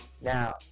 Now